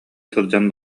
сылдьан